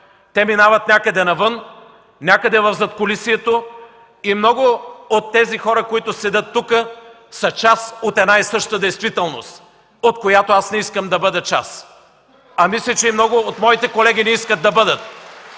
те минават някъде навън, някъде в задкулисието, и много от тези хора, които седят тук, са част от една и съща действителност, от която аз не искам да бъда част (единични ръкопляскания от ГЕРБ), а мисля, че и много от моите колеги не искат да бъдат,